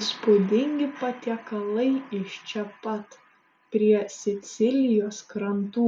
įspūdingi patiekalai iš čia pat prie sicilijos krantų